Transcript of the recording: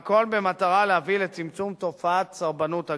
והכול במטרה להביא לצמצום תופעת סרבנות הגט.